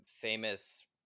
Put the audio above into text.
famous